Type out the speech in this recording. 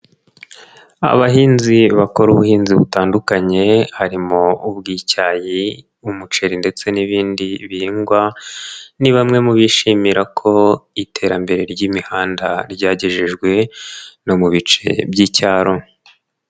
Abahinzi bakora ubuhinzi butandukanye, harimo ubw'icyayi, umuceri ndetse n'ibindi bihingwa, ni bamwe mu bishimira ko iterambere ry'imihanda ryagejejwe no mu bice by'icyaro.